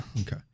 Okay